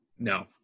no